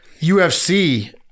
UFC